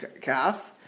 calf